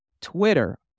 Twitter